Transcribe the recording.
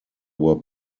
were